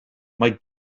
mae